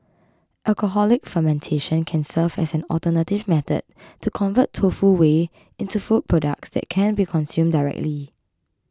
alcoholic fermentation can serve as an alternative method to convert tofu whey into food products that can be consumed directly